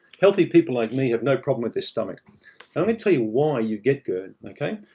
healthy people like me have no problem with the stomach. let me tell you why you get gerd, okay?